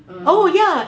err